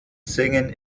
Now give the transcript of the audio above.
singen